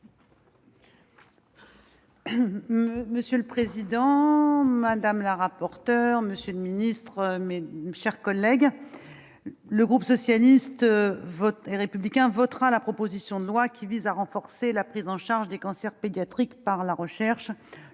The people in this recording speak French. monsieur le secrétaire d'État, madame la rapporteur, mes chers collègues, le groupe socialiste et républicain votera la proposition de loi visant à renforcer la prise en charge des cancers pédiatriques par la recherche,